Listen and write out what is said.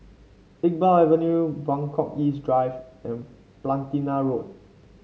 Iqbal Avenue Buangkok East Drive and Platina Road